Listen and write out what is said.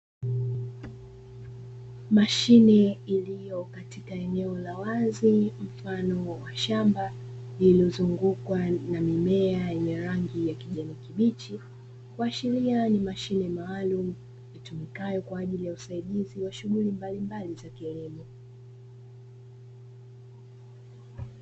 Mashine iliyo katika eneo la wazi mfano wa shamba lililozunguukwa na mimea yenye rangi ya kijani kibichi, kuashiria ni mashine maalumu itumikayo kwa shughuli mbalimbali za kilimo.